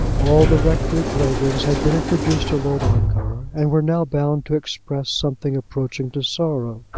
all the rectory claverings had been introduced to lord ongar, and were now bound to express something approaching to sorrow.